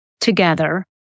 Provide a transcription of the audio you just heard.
together